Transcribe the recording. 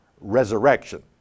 resurrection